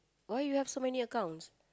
why you have so many accounts